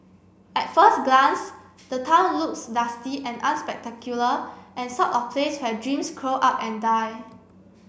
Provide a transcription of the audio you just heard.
at first glance the town looks dusty and unspectacular and sort of place where dreams curl up and die